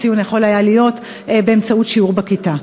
הציון יכול היה להיות בשיעור בכיתה.